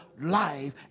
life